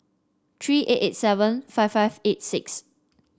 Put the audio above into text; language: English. three eight eight seven five five eight six